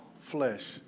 flesh